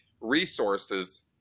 resources